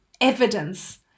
evidence